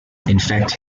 infect